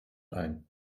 ein